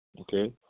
okay